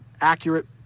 accurate